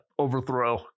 Overthrow